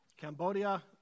Cambodia